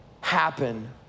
happen